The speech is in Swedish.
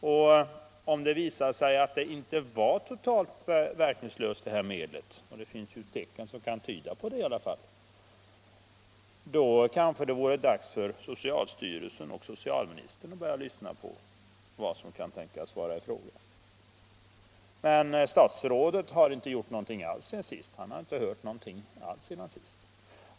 Om det å andra sidan visar sig att medlet inte är verkningslöst — och det finns tecken som tyder på det — kanske det vore dags för socialstyrelsen och socialministern att börja lyssna. Men statsrådet har inte hört någonting alls sedan sist.